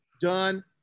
done